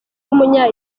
w’umunya